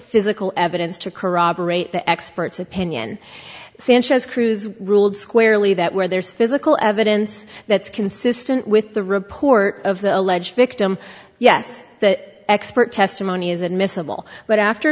physical evidence to corroborate the expert's opinion sanchez cruz ruled squarely that where there's physical evidence that's consistent with the report of the alleged victim yes that expert testimony is admissible but after